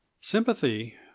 Sympathy